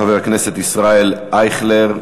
חבר הכנסת ישראל אייכלר,